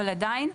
אבל עדיין,